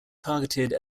targeted